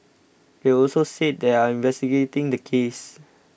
they've also said they are investigating the case